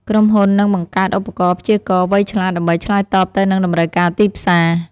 ក្រុមហ៊ុននឹងបង្កើតឧបករណ៍ព្យាករណ៍វៃឆ្លាត ដើម្បីឆ្លើយតបទៅនឹងតម្រូវការទីផ្សារ។